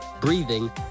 breathing